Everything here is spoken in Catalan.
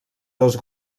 dos